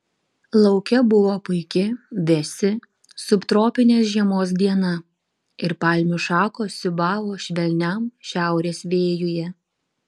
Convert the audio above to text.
lauke buvo puiki vėsi subtropinės žiemos diena ir palmių šakos siūbavo švelniam šiaurės vėjuje